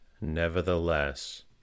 Nevertheless